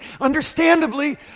Understandably